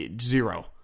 zero